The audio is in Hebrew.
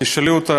תשאלי אותו.